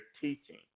teaching